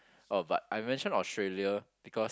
oh but I mention Australia because